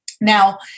Now